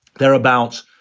they're about